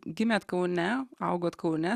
gimėt kaune augot kaune